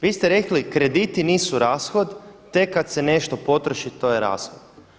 Vi ste rekli krediti nisu rashod, tek kada se nešto potroši to je rashod.